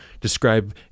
describe